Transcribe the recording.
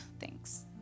thanks